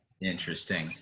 Interesting